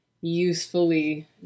usefully